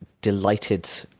delighted